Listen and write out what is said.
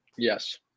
Yes